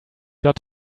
got